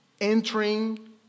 Entering